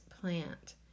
plant